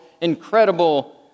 incredible